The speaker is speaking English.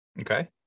Okay